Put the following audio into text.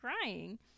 crying